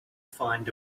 find